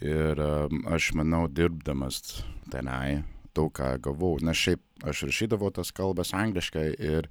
ir aš manau dirbdamas tenai to ką gavau nes šiaip aš rašydavau tas kalbas angliškai ir